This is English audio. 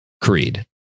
creed